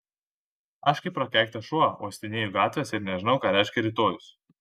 aš kaip prakeiktas šuo uostinėju gatves ir nežinau ką reiškia rytojus